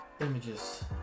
Images